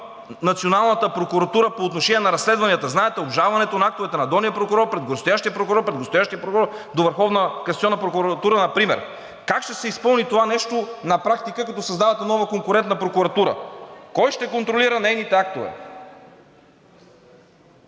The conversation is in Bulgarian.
националната прокуратура по отношение на разследванията. Знаете, обжалването на актовете на долния прокурор пред горестоящия прокурор, пред горестоящия прокурор до Върховна касационна прокуратура например. Как ще се изпълни това нещо на практика, като създавате нова конкурентна прокуратура? Кой ще контролира нейните актове?